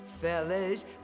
fellas